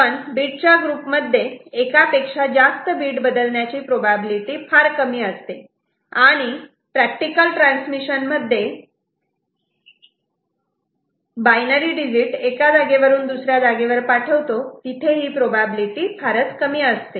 पण बीट च्या ग्रुपमध्ये एकापेक्षा जास्त बीट बदलण्याची प्रोबॅबिलिटी फार कमी असते आणि आणि प्रॅक्टिकल ट्रान्समिशन मध्ये बायनरी डिजिट एका जागेवरून दुसऱ्या जागेवर पाठवतो तिथे ही प्रोबॅबिलिटी फारच कमी असते